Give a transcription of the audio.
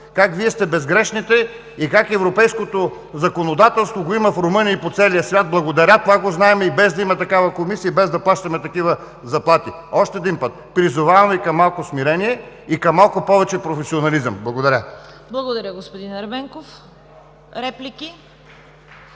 как Вие сте безгрешните и как европейското законодателство го има в Румъния и по целия свят. Благодаря, това го знаем, и без да има такава Комисия, и без да плащаме такива заплати! Още веднъж – призовавам Ви към малко смирение и към малко повече професионализъм. Благодаря. ПРЕДСЕДАТЕЛ ЦВЕТА КАРАЯНЧЕВА: Благодаря, господин Ерменков. Реплики?